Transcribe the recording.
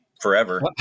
forever